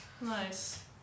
Nice